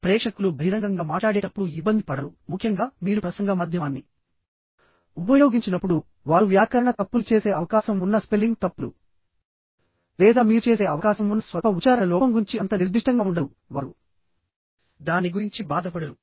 ప్రేక్షకులు మళ్ళీ ముఖ్యంగా బహిరంగంగా మాట్లాడేటప్పుడు ఇబ్బంది పడరుముఖ్యంగా మీరు ప్రసంగ మాధ్యమాన్ని ఉపయోగించినప్పుడు వారు వ్యాకరణ తప్పులు మరియు మీరు చేసే అవకాశం ఉన్న స్పెల్లింగ్ తప్పులు లేదా మీరు చేసే అవకాశం ఉన్న స్వల్ప ఉచ్చారణ లోపం గురించి అంత నిర్దిష్టంగా ఉండరు వారు దాని గురించి బాధపడరు